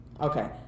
Okay